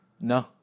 no